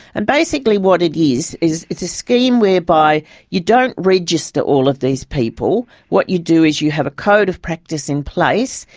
and basically what it is, is, it's a scheme whereby you don't register all of these people. what you do is, you have a code of practice in place.